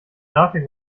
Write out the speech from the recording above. grafik